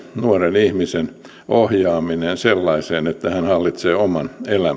nuoren ihmisen ohjaaminen sellaiseen että hän hallitsee oman elämänsä